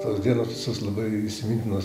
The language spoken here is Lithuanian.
tos dienos visus labai įsimintinos